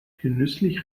genüsslich